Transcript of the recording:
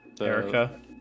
Erica